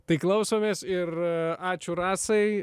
tai klausomės ir ačiū rasai